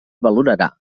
valorarà